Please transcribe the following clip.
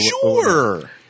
Sure